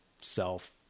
self